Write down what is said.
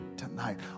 tonight